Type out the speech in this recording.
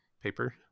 paper